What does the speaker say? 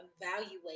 evaluate